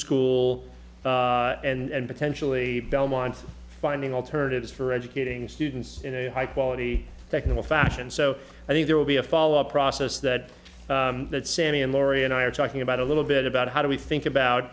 school and potentially belmont finding alternatives for educating students in a high quality technical fashion so i think there will be a follow up process that that sammy and laurie and i are talking about a little bit about how do we think about